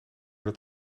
dat